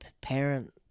parent